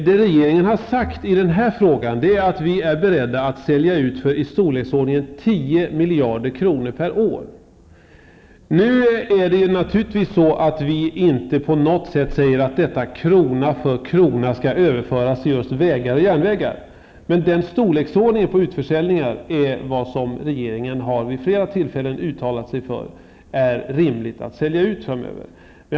Herr talman! Vi har i regeringen sagt att vi är beredda att sälja ut för i storleksordningen 10 miljarder kronor per år. Vi säger naturligtvis inte att dessa pengar krona för krona skall överföras till just vägar och järnvägar. Men regeringen har vid flera tillfällen uttalat att den storleksordningen på utförsäljningar är rimlig.